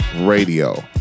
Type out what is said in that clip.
Radio